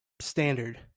standard